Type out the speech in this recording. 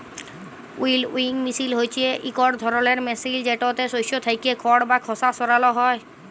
উইলউইং মিশিল হছে ইকট ধরলের মিশিল যেটতে শস্য থ্যাইকে খড় বা খসা সরাল হ্যয়